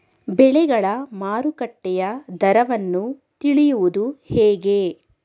ಬೆಳೆಗಳ ಮಾರುಕಟ್ಟೆಯ ದರವನ್ನು ತಿಳಿಯುವುದು ಹೇಗೆ?